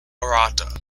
rada